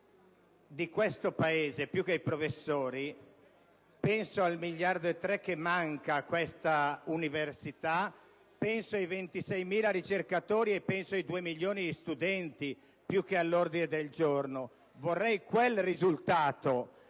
di questo Paese, più che ai professori, penso al miliardo e 300 milioni che mancano a questa università, penso ai 26.000 ricercatori e ai due milioni di studenti, più che all'ordine del giorno. Vorrei quel risultato.